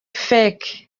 fake